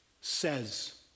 says